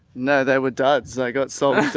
no, there were duds. i got sold